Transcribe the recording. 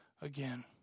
again